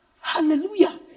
Hallelujah